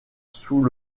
sous